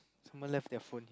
someone left their phone